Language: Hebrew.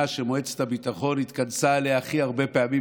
שמועצת הביטחון התכנסה עליה הכי הרבה פעמים,